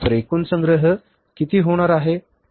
तर एकूण संग्रह किती होणार आहे